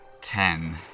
Ten